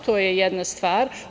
To je jedna stvar.